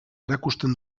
erakusten